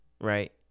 right